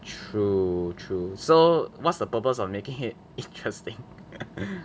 true true so what's the purpose of making it interesting